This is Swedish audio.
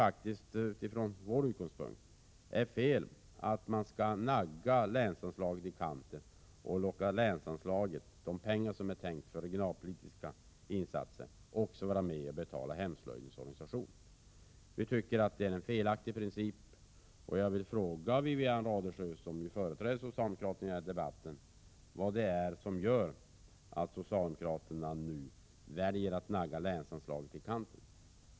Utifrån vår utgångspunkt tycker vi att det är fel att man skall nagga länsanslaget i kanten och låta de pengar som är avsedda för regionalpolitiska insatser vara med och betala hemslöjdens organisation. Det är en felaktig princip. Jag vill fråga Wivi-Anne Radesjö, som företräder socialdemokraterna i denna debatt, vad det är som gör att socialdemokraterna nu väljer att nagga länsanslaget i kanten.